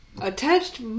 Attached